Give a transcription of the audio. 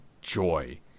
joy